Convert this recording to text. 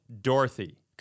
Dorothy